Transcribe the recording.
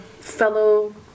fellow